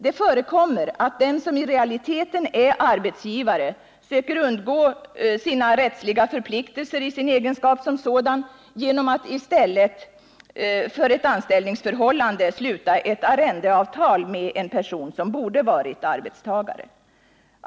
Det förekommer att den som i realiteten är arbetsgivare söker undgå sina rättsliga förpliktelser i sin egenskap som sådan genom att i stället för att sluta avtal om ett anställningsförhållande sluter ett arrendeavtal med en person som borde varit arbetstagare.